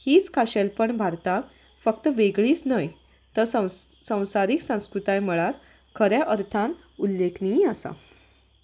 हेंच खाशेलपण भारताक फक्त वेगळीच न्हय तर संवसारीक संस्कृताय म्हळ्यार खऱ्या अर्थान उल्लेखनीय आसा